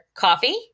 coffee